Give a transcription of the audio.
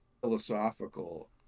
philosophical